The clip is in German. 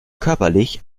körperlich